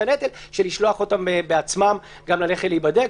הנטל של לשלוח אותם בעצמם ללכת להיבדק.